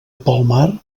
palmar